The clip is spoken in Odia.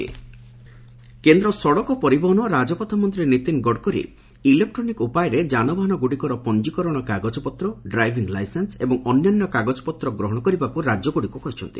ଇ ଡକୋମେଣ୍ଟ କେନ୍ଦ ସଡ଼କ ପରିବହନ ଓ ରାଜପଥ ମନ୍ତ୍ରୀ ନୀତିନ ଗଡ଼କରୀ ଇଲେକ୍ଟୋନିକ୍ ଉପାୟରେ ଯାନବାହନ ଗୁଡ଼ିକର ପଞ୍ଜିକରଣ କାଗଜପତ୍ ଡ଼ାଇଭିଂ ଲାଇସେନ୍ ଏବଂ ଅନ୍ୟାନ୍ୟ କାଗଜପତ୍ ଗହଣ କରିବାକୁ ରାଜ୍ୟଗୁଡ଼ିକୁ କହିଛନ୍ତି